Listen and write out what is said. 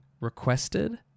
requested